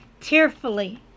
tearfully